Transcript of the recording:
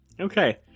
Okay